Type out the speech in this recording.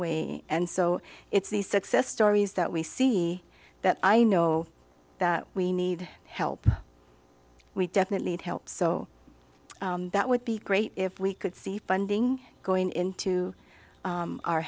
way and so it's the success stories that we see that i know that we need help we definitely need help so that would be great if we could see funding going into